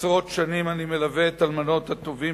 עשרות שנים אני מלווה את אלמנות הטובים